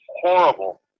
horrible